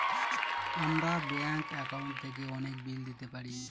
আমরা bank account থেকে অনেক বিল দিতে পারি